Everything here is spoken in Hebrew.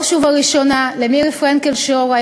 ובראש ובראשונה למירי פרנקל-שור,